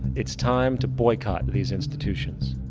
it's time to boycott these institutions.